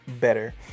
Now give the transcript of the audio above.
better